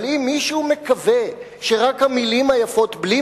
אבל אם מישהו מקווה שרק המלים היפות בלי